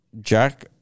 Jack